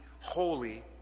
holy